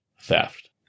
theft